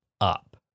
up